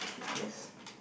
yes